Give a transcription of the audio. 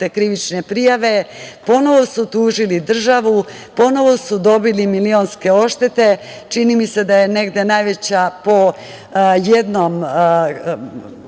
krivične prijave, ponovo su tužili državu, ponovo su dobili milionske odštete. Čini mi se da je negde najveća po jednom